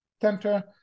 Center